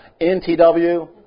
NTW